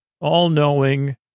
all-knowing